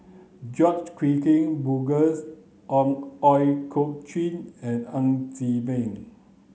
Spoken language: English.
George Edwin Bogaars on Ooi Kok Chuen and Ng Chee Meng